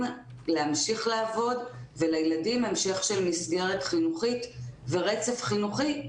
להמשיך לעבוד ולילדים המשך מסגרת חינוכית ורצף חינוכי.